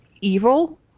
evil